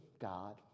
God